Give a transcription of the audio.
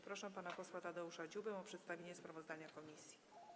Proszę pana posła Tadeusza Dziubę o przedstawienie sprawozdania komisji.